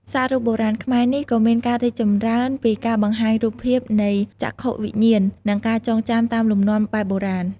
សាក់រូបបុរាណខ្មែរនេះក៏មានការរីកចម្រើនពីការបង្ហាញរូបភាពនៃចក្ខុវិញ្ញាណ និងការចងចាំតាមលំនាំបែបបុរាណ។